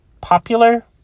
popular